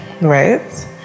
right